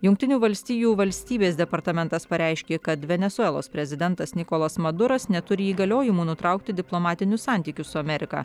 jungtinių valstijų valstybės departamentas pareiškė kad venesuelos prezidentas nikolas maduras neturi įgaliojimų nutraukti diplomatinius santykius su amerika